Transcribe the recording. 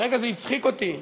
לרגע זה הצחיק אותי,